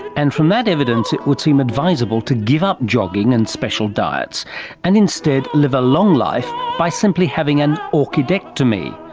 and from that evidence it would seem advisable to give up jogging and special diets and instead live a long life by simply having an orchidectomy.